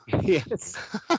Yes